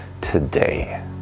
today